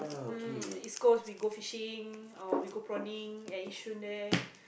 um East-Coast we go fishing or we go prawning at Yishun there